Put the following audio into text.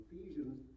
Ephesians